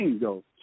go